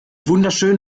wunderschön